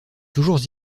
toujours